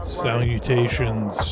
salutations